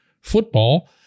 football